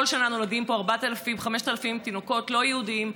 כל שנה נולדים פה 4,0005,000 תינוקות לא יהודים,